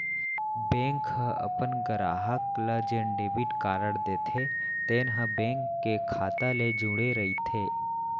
bank ह अपन गराहक ल जेन डेबिट कारड देथे तेन ह बेंक के खाता ले जुड़े रइथे